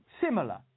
similar